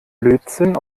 lötzinn